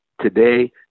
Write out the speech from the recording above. Today